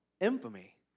infamy